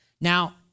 Now